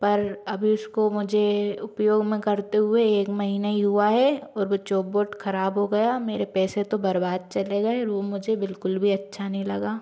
पर अभी उसको मुझे उपयोग में करते हुए एक महीने ही हुआ है और वह चोप बोर्ड ख़राब हो गया मेरे पैसे तो बर्बाद चले गए और वह मुझे बिल्कुल भी अच्छा नहीं लगा